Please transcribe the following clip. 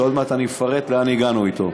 שעוד מעט אפרט לאן הגענו אתו.